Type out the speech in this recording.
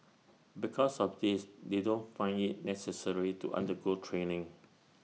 because of this they don't find IT necessary to undergo training